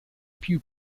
più